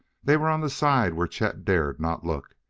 they were on the side where chet dared not look,